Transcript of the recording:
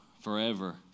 forever